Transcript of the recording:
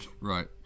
Right